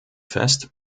fest